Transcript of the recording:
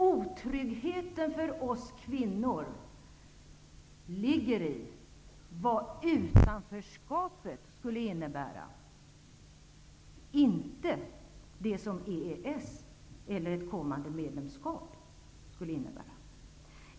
Otryggheten för oss kvinnor ligger i vad utanförskapet skulle innebära inte vad EES eller ett kommande medlemskap skulle innebära.